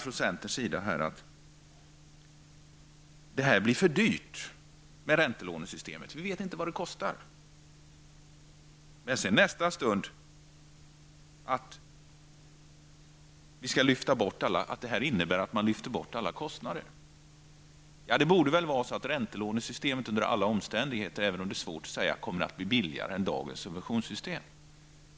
Från centerns sida sägs att räntelånesystemet blir för dyrt och att man inte vet vad det kostar. Men i nästa stund sägs att detta innebär att man lyfter bort alla kostnader. Det borde väl ändå vara så att räntelånesystemet under alla omständigheter, även om det är svårt att säga, kommer att bli billigare än dagens subventionssystem.